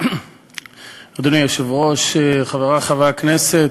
אדוני היושב-ראש, חברי חברי הכנסת,